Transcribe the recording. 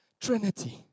Trinity